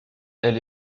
elle